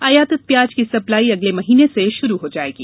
आयातित प्याज की सप्लाई अगले महीने से शुरू हो जायेगी